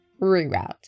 reroute